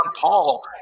Paul